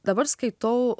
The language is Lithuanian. dabar skaitau